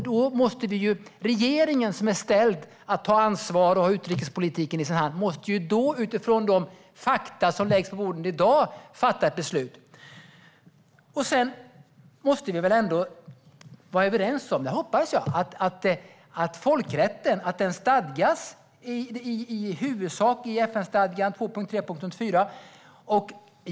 Då måste ju regeringen som har ansvar för utrikespolitiken, utifrån de fakta som läggs på bordet i dag, fatta ett beslut. Och sedan hoppas jag att vi ändå är överens om att folkrätten i huvudsak stadgas i FN-stadgan 2.3 och 2.4.